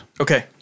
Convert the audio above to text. Okay